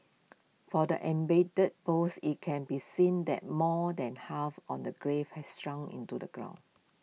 for the embedded post IT can be seen that more than half on the grave had sunk into the ground